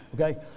Okay